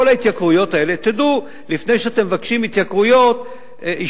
על כל ההתייקרויות האלה תדעו,